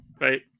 right